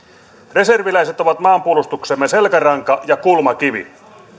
reserviläiset ovat maanpuolustuksemme selkäranka ja kulmakivi